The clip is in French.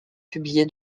publié